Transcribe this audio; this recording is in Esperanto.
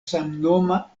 samnoma